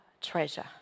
treasure